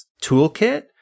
toolkit